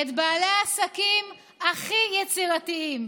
את בעלי העסקים הכי יצירתיים,